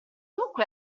dunque